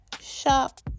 Shop